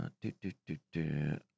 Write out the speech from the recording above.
Do-do-do-do